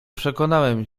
przekonałem